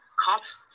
Cops